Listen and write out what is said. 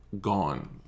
gone